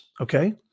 okay